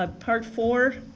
ah part four,